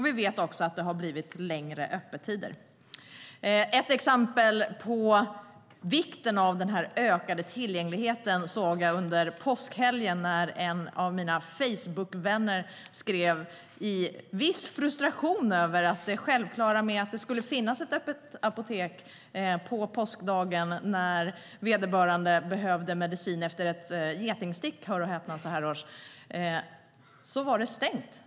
Vi vet också att det har blivit längre öppettider. Ett exempel på vikten av den ökade tillgängligheten såg jag under påskhelgen när en av mina facebookvänner skrev i viss frustration om det självklara i att det borde finnas ett öppet apotek på påskdagen när vederbörande behövde medicin efter ett getingsting, hör och häpna så här års.